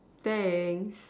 thanks